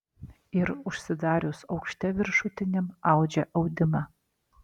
ir užsidarius aukšte viršutiniam audžia audimą